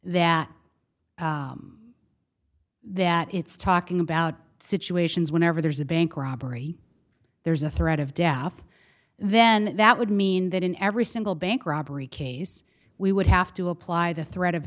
that that it's talking about situations whenever there's a bank robbery there's a threat of death then that would mean that in every single bank robbery case we would have to apply the threat of